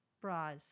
bras